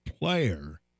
player